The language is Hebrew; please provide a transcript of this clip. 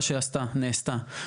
חברי המועצה המאסדרת, כאמור בסעיף קטן (א)(4)